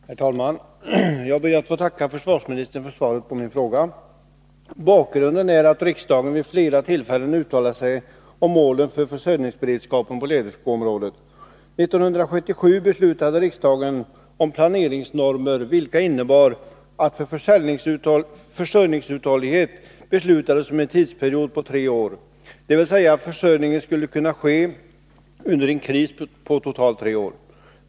Herr talman! Jag ber att få tacka försvarsministern för svaret på min fråga. Bakgrunden är att riksdagen vid flera tillfällen uttalat sig om målen för försörjningsberedskapen på läderskoområdet. År 1977 beslutade riksdagen om planeringsnormer, vilka innebar att för försörjningsuthållighet beslutades om en tidsperiod på tre år, dvs. försörjning skulle kunna ske under en kris på totalt tre år.